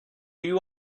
you